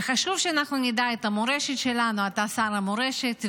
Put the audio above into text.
וחשוב שאנחנו נדע את המורשת שלנו, אתה שר המורשת.